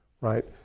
right